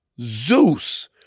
Zeus